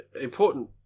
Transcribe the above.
important